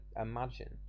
imagine